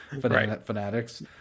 fanatics